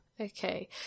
Okay